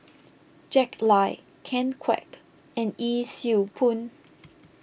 Jack Lai Ken Kwek and Yee Siew Pun